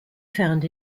found